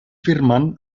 firmen